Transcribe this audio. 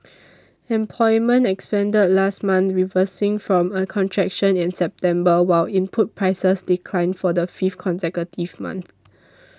employment expanded last month reversing from a contraction in September while input prices declined for the fifth consecutive month